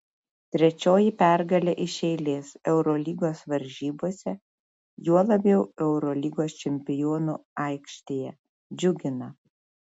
trečioji pergalė iš eilės eurolygos varžybose juo labiau eurolygos čempionų aikštėje džiugina